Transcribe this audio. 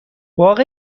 باغ